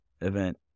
event